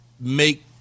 make